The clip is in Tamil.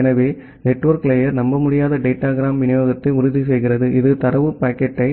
எனவே நெட்வொர்க் லேயர் நம்பமுடியாத டேட்டாகிராம் விநியோகத்தை உறுதிசெய்கிறது இது தரவு பாக்கெட்டை